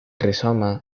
rizoma